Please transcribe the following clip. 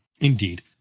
Indeed